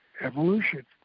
evolution